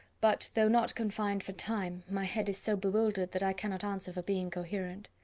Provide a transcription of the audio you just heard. but though not confined for time, my head is so bewildered that i cannot answer for being coherent.